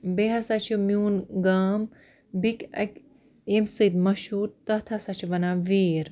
بیٚیہِ ہَسا چھُ میٛون گام بیٚکہِ اَکہِ ییٚمہِ سۭتۍ مشہوٗر تَتھ ہَسا چھِ وَنان ویٖر